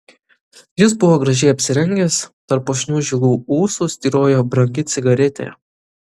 jis buvo gražiai apsirengęs tarp puošnių žilų ūsų styrojo brangi cigaretė